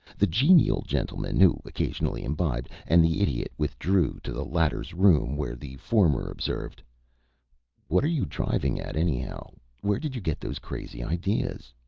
the genial gentleman who occasionally imbibed and the idiot withdrew to the latter's room, where the former observed what are you driving at, anyhow? where did you get those crazy ideas?